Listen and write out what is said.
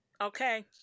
okay